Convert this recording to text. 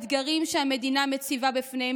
על אף האתגרים שהמדינה מציבה בפניהם,